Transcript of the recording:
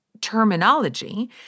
terminology